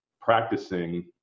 practicing